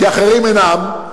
כי אחרים אינם,